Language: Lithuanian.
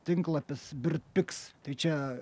tinklapis bird piks tai čia